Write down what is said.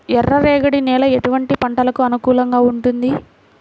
ఎర్ర రేగడి నేల ఎటువంటి పంటలకు అనుకూలంగా ఉంటుంది?